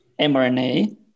mRNA